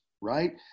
right